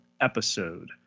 episode